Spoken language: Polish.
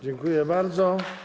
Dziękuję bardzo.